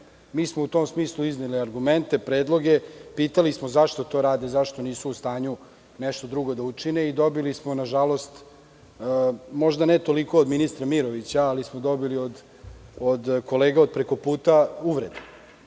smo u tom smislu izneli argumente i predloge, pitali smo zašto to rade, zašto nisu u stanju nešto drugo da učine i dobili smo nažalost, možda ne toliko od ministra Mirovića, ali smo dobili od kolega od preko puta uvrede. Niste